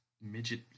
Midget